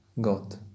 God